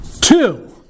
Two